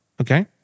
okay